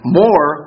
more